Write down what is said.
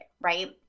right